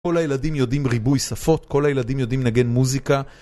כל הילדים יודעים ריבוי שפות, כל הילדים יודעים לנגן מוזיקה.